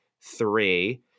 three